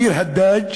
ביר-הדאג',